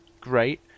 great